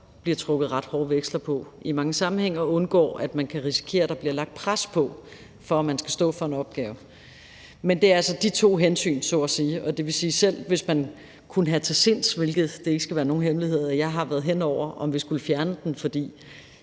bliver trukket ret store veksler på i mange sammenhænge, og undgår, at man kan risikere, at der bliver lagt pres på dem, for at de skal stå for en opgave. Det er altså de to hensyn, så at sige, det handler om. Det vil sige, at selv om man kunne have til sinds at fjerne den – og det skal ikke være nogen hemmelighed, at jeg har været inde på, om vi skulle fjerne den, for